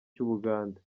cy’ubugande